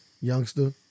youngster